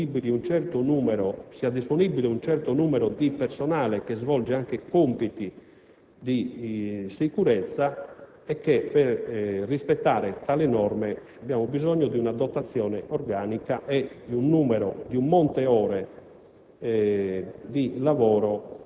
nei diversi piani, un certo numero di personale che svolga anche compiti di sicurezza. Per rispettare tali norme, abbiamo bisogno di una dotazione organica e di un monte ore